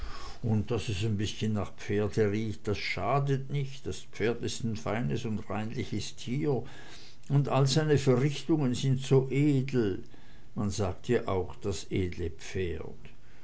un daß es ein bißchen nach pferde riecht das schadet nich das pferd is ein feines und reinliches tier und all seine verrichtungen sind so edel man sagt ja auch das edle pferd